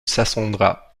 sassandra